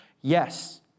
Yes